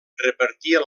repartia